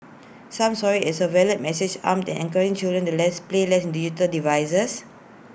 some saw IT as A veiled message aimed at encouraging children to play less digital devices